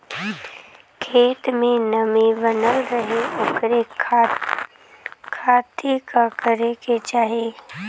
खेत में नमी बनल रहे ओकरे खाती का करे के चाही?